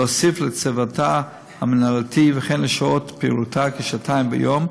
להוסיף לצוותה המינהלתי וכן לשעות פעילותה כשעתיים ביום,